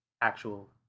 actual